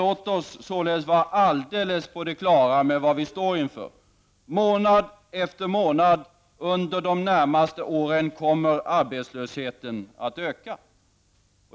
Låt oss således vara alldeles på det klara med vad vi står inför: Månad efter månad under de närmaste åren kommer arbetslösheten att öka.